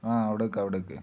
ആ അവിടെ നിൽക്ക് അവിടെ നിൽക്ക്